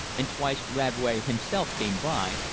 and twice radway himself came by,